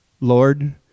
Lord